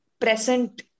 present